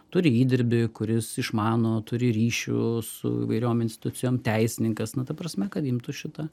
turi įdirbį kuris išmano turi ryšių su įvairiom institucijom teisininkas na ta prasme kad imtų šitą